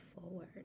forward